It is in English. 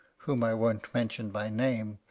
whom i won't mention by name,